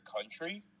country